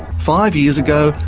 five years ago,